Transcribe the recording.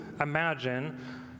imagine